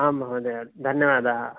आम् महोदयः धन्यवादाः